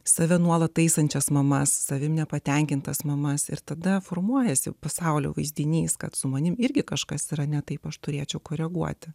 save nuolat taisančias mama savimi nepatenkintas mamas ir tada formuojasi pasaulio vaizdinys kad su manimi irgi kažkas yra ne taip aš turėčiau koreguoti